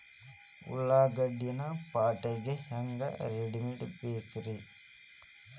ಉಳ್ಳಾಗಡ್ಡಿನ ಪ್ಯಾಟಿಗೆ ಹ್ಯಾಂಗ ರೆಡಿಮಾಡಬೇಕ್ರೇ?